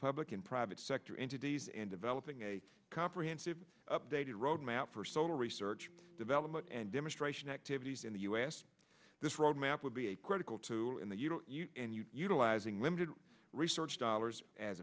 public and private sector entities in developing a comprehensive updated roadmap for solar research development and demonstration activities in the u s this roadmap would be a critical tool in the you know utilizing limited research dollars as